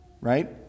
Right